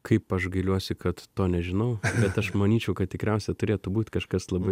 kaip aš gailiuosi kad to nežinau bet aš manyčiau kad tikriausiai turėtų būt kažkas labai